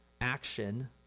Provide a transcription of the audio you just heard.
action